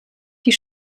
die